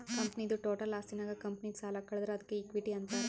ಕಂಪನಿದು ಟೋಟಲ್ ಆಸ್ತಿನಾಗ್ ಕಂಪನಿದು ಸಾಲ ಕಳದುರ್ ಅದ್ಕೆ ಇಕ್ವಿಟಿ ಅಂತಾರ್